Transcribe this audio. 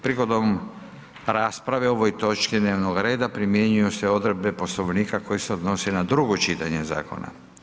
Prigodom rasprave o ovoj točki dnevnog reda primjenjuju se odredbe Poslovnika koje se odnose na drugo čitanje zakona.